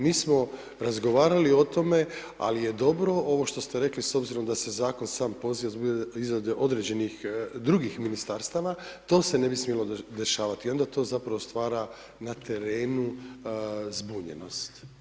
Mi smo razgovarali o tome ali je dobro ovo što ste rekli s obzirom da se zakon sam poziva ... određenih drugih ministarstava, to se ne bi smjelo dešavati i onda to zapravo stvara na terenu zbunjenost.